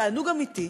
תענוג אמיתי.